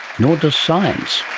nor does science.